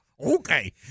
Okay